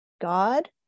god